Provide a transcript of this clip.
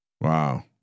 Wow